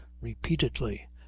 repeatedly